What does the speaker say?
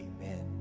Amen